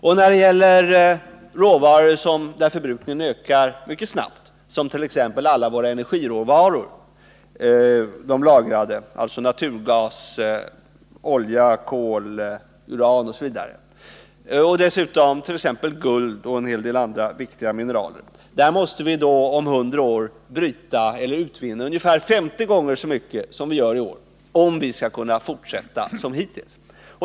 Och när det gäller råvaror där förbrukningen ökar mycket snabbt, 4-5 22 om året, t.ex. alla våra lagrade energiråvaror — naturgas, olja, kol, uran, osv. —, guld och en hel del andra viktiga mineraler, måste vi om 100 år utvinna ungefär 50 gånger så mycket som vi gör i år, om vi skall kunna fortsätta som hittills.